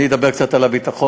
אני אדבר קצת על הביטחון